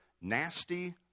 nasty